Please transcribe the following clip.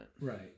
Right